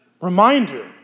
reminder